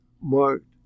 marked